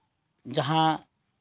ᱡᱟᱦᱟᱸ